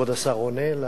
כבוד השר עונה?